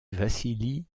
vassili